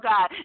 God